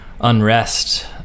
unrest